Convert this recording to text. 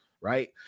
right